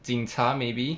警察 maybe